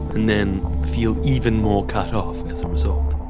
and then feel even more cut off as a result.